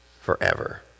forever